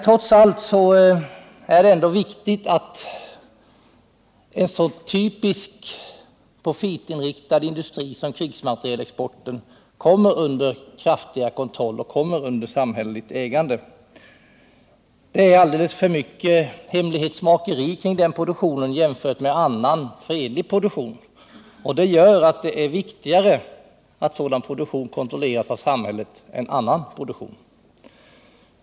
Trots allt är det ändå viktigt att en så typiskt profitinriktad industri som krigsmaterielindustrin kommer i samhällets ägo. Det är alldeles för mycket hemlighetsmakeri kring den produktionen jämförd med annan, fredlig produktion. Det gör att det är viktigare att sådan produktion kontrolleras av samhället än annan produktion.